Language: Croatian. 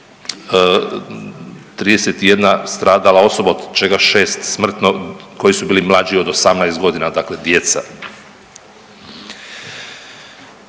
31 stradala osoba od čega 6 smrtno koji su bili mlađi od 18 godina dakle djeca.